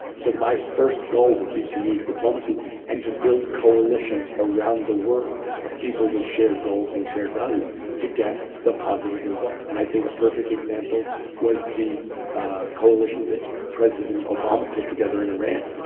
so my first goal would be to use diplomacy and to build coalitions around the world of people with shared goals and shared values to get the positive result. and i think a perfect example was the coalition that president obama put together in iran,